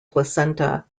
placenta